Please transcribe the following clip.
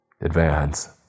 Advance